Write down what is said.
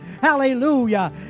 Hallelujah